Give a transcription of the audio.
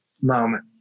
moment